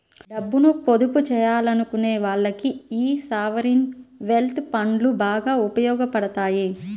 డబ్బుని పొదుపు చెయ్యాలనుకునే వాళ్ళకి యీ సావరీన్ వెల్త్ ఫండ్లు బాగా ఉపయోగాపడతాయి